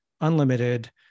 unlimited